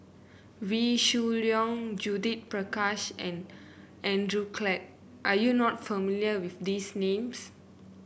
Wee Shoo Leong Judith Prakash and Andrew Clarke are you not familiar with these names